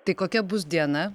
tai kokia bus diena